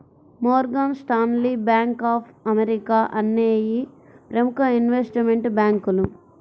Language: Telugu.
Morgan Stanley, bank of America అనేయ్యి ప్రముఖ ఇన్వెస్ట్మెంట్ బ్యేంకులు